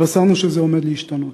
התבשרנו שזה עומד להשתנות.